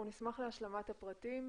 אנחנו נשמח להשלמת הפרטים,